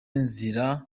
inzira